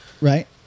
right